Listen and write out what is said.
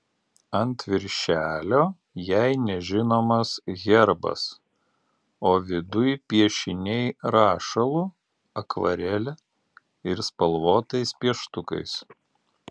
ant viršelio jai nežinomas herbas o viduj piešiniai rašalu akvarele ir spalvotais pieštukais